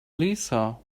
lisa